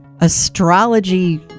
astrology